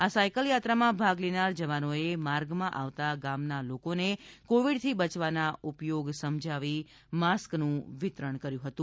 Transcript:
આ સાયકલ યાત્રામાં ભાગ લેનાર જવાનોએ માર્ગમાં આવતા ગામોના લોકોને કોવિડથી બચવાના ઉપયોગ સમજાવી માસ્કનું વિતરણ કર્યું હતું